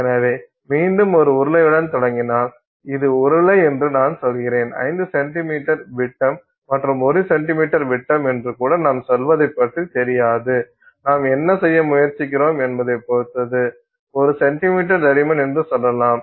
எனவே மீண்டும் ஒரு உருளையுடன் தொடங்கினால் இது உருளை என்று நான் சொல்கிறேன் 5 சென்டிமீட்டர் விட்டம் மற்றும் 1 சென்டிமீட்டர் விட்டம் என்று கூட நாம் சொல்வதைப் பற்றி தெரியாது நாம் என்ன செய்ய முயற்சிக்கிறோம் என்பதைப் பொறுத்தது 1 சென்டிமீட்டர் தடிமன் என்று சொல்லலாம்